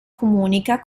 comunica